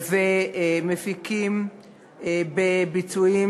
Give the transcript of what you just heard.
מבצעים ומפיקים בביצועים.